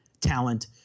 talent